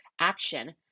action